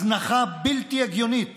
הזנחה בלתי הגיונית